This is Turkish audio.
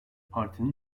partinin